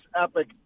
epic